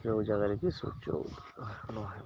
ରୋଜାଗିକି ସୂଚ ଉଣଉ